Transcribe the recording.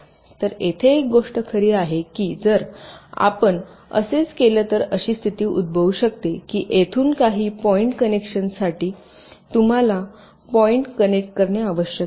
तर येथे एक गोष्ट खरी आहे की जर आपण असेच केले तर अशी स्थिती उद्भवू शकते की येथून काही पॉईंट कनेक्शनसाठी तुम्हाला येथून पॉईंट कनेक्ट आवश्यक आहे